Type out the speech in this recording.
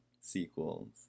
sequels